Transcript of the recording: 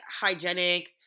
hygienic